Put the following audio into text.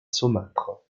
saumâtre